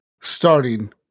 starting